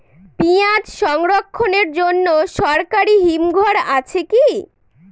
পিয়াজ সংরক্ষণের জন্য সরকারি হিমঘর আছে কি?